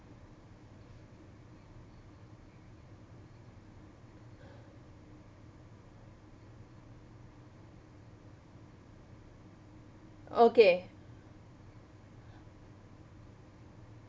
okay